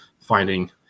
finding